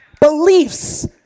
beliefs